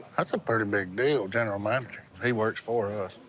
that's a pretty big deal, general manager. he works for us.